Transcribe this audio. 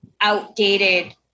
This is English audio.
outdated